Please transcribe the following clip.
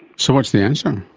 so what's the answer?